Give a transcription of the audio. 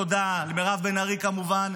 תודה למירב בן ארי כמובן.